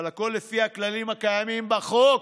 אבל הכול לפי הכללים הקיימים בחוק".